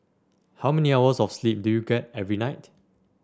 how many hours of sleep do you get every night